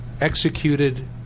executed